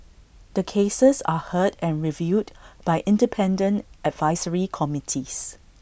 the cases are heard and reviewed by independent advisory committees